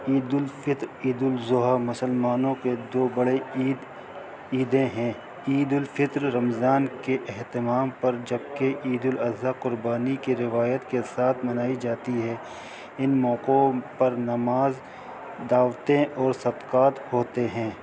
عیدالفطر عیدالضحٰ مسلمانوں کے دو بڑے عید عیدیں ہیں عیدالفطر رمضان کے اہتمام پر جبکہ عیداللاضی قربانی کے روایت کے ساتھ منائی جاتی ہے ان موقعوں پر نماز دعوتیں اور سطقات ہوتے ہیں